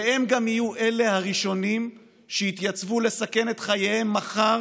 והם גם יהיו הראשונים שיתייצבו לסכן את חייהם מחר